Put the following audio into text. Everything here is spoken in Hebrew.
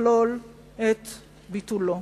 תכלול את ביטולו.